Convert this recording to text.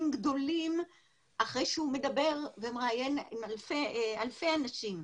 גדולים אחרי שהוא מדבר ומראיין אלפי אנשים.